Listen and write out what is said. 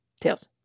Tails